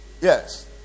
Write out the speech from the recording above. Yes